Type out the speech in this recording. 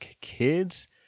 kids